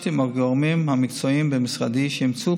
ביקשתי מהגורמים המקצועיים במשרדי שימצאו